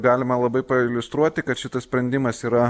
galima labai pailiustruoti kad šitas sprendimas yra